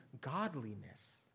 godliness